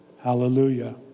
Hallelujah